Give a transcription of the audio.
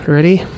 Ready